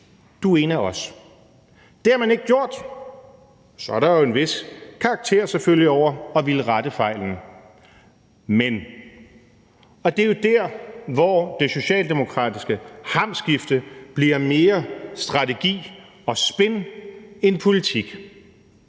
du er en af os. Det har man ikke gjort. Så er der selvfølgelig en vis karakter over at ville rette fejlen. Men – og det er jo der, hvor det socialdemokratiske hamskifte bliver mere strategi og spin end politik